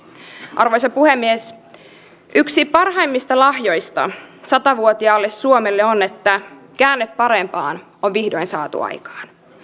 arvoisa puhemies yksi parhaimmista lahjoista sata vuotiaalle suomelle on että käänne parempaan on vihdoin saatu aikaan